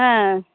ஆ